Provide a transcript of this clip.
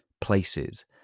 places